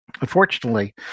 Unfortunately